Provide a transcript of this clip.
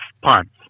punts